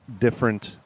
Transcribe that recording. different